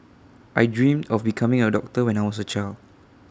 I dream of becoming A doctor when I was A child